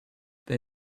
they